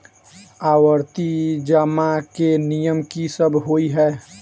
आवर्ती जमा केँ नियम की सब होइ है?